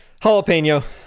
Jalapeno